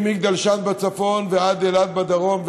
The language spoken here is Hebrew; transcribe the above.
ממג'דל שמס בצפון ועד אילת בדרום,